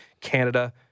Canada